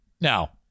Now